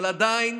אבל עדיין